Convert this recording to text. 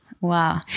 Wow